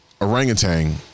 orangutan